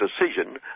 decision